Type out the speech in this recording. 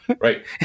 Right